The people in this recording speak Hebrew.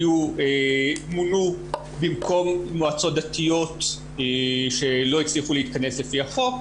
שמונו במקום מועצות דתיות שלא הצליחו להתכנס לפי החוק,